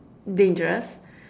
dangerous